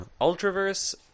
ultraverse